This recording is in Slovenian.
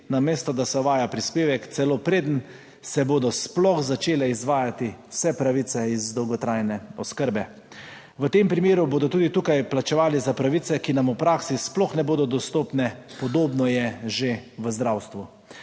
namesto da se uvaja prispevek, celo preden se bodo sploh začele izvajati vse pravice iz dolgotrajne oskrbe. V tem primeru bodo tudi tukaj plačevali za pravice, ki nam v praksi sploh ne bodo dostopne. Podobno je že v zdravstvu.